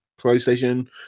playstation